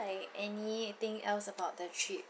like anything else about the trip